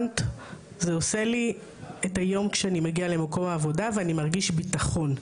זה עושה לי את היום כשאני מגיע למקום העבודה ואני מרגיש ביטחון.